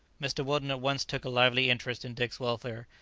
mr. weldon at once took a lively interest in dick's welfare,